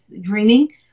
dreaming